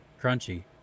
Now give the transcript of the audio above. crunchy